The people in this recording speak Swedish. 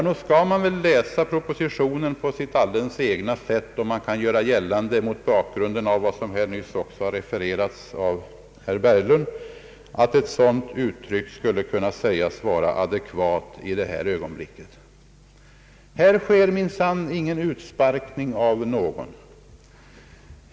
Nog skall man väl läsa propositionen på sitt alldeles egna sätt, om man skall kunna göra gällande — mot bakgrund av vad som refererats av herr Berglund — att ett sådant uttryck kan sägas vara adekvat i det bär ögonblicket. Här sker minsann ingen utsparkning av någon.